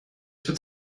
would